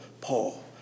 Paul